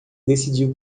decidiu